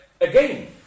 again